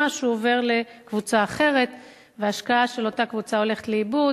שהוא עובר לקבוצה אחרת וההשקעה של אותה קבוצה הולכת לאיבוד.